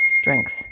strength